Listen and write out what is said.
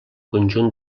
conjunt